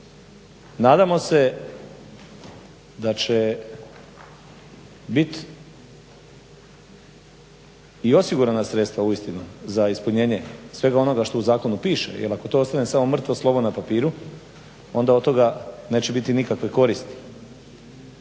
Nadamo se da će bit i osigurana sredstava uistinu za ispunjenje svega onoga što u zakonu piše. Jer ako to ostane samo mrtvo slovo na papiru onda od toga neće biti nikakve koristi.